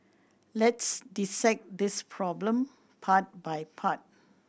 let's dissect this problem part by part